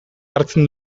hartzen